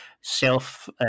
self